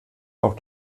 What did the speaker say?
auch